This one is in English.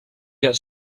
get